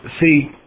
see